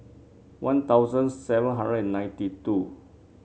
One Thousand seven hundred and ninety two